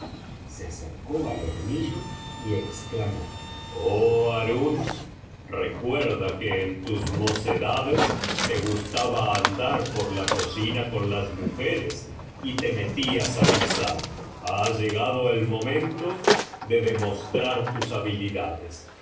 se acercó al hornillo y exclamó oh harún recuerda que en tus mocedades te gustaba andar por la cocina con las mujeres y te metías á guisar ha llegado el momento de demostrar tus habilidades